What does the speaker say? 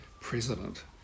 president